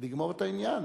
ולגמור את העניין.